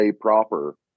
proper